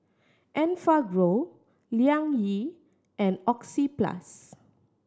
Enfagrow Liang Yi and Oxyplus